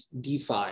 DeFi